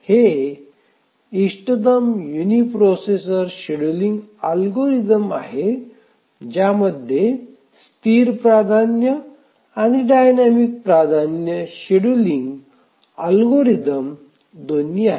हे इष्टतम uniprocessor scheduling algorithm आहे ज्यामध्ये स्थिर प्राधान्य आणि डायनॅमिक प्राधान्य शेड्यूलिंग अल्गोरिदम दोन्ही आहेत